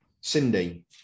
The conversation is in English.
Cindy